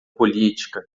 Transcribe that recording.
política